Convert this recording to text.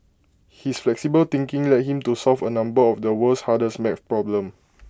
his flexible thinking led him to solve A number of the world's hardest math problems